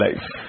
life